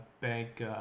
Bank